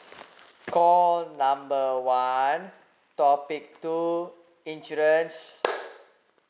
call number one topic two insurance